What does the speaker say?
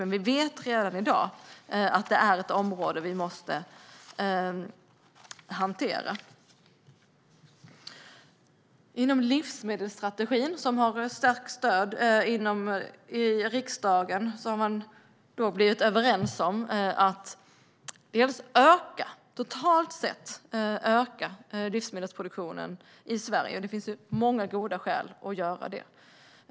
Men vi vet redan i dag att det är ett område vi måste hantera. Inom livsmedelsstrategin, som har starkt stöd i riksdagen, har man kommit överens om att totalt sett öka livsmedelsproduktionen i Sverige. Det finns många goda skäl att göra det.